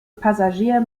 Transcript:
passagier